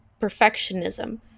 Perfectionism